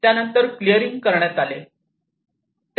त्यानंतर क्लिअरिंग करण्यात आले